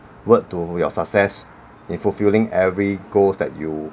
work to your success in fulfilling every goals that you